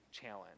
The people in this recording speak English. Challenge